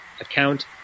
account